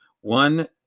one